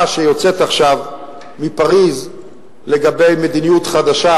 שיוצאת עכשיו מפריס לגבי מדיניות חדשה,